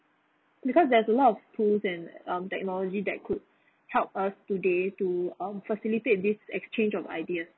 because there's a lot of tools and um technology that could help us today to um facilitate in this exchange of ideas